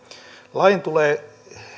lain tulee